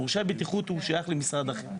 מורשה בטיחות שייך למשרד אחר.